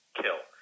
kill